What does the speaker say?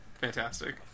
Fantastic